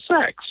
sex